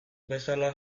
bezala